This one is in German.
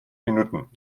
minuten